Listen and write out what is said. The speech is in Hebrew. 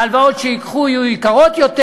ההלוואות שייקחו יהיו יקרות יותר,